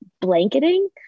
blanketing